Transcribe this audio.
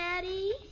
Daddy